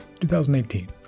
2018